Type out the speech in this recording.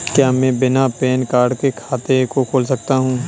क्या मैं बिना पैन कार्ड के खाते को खोल सकता हूँ?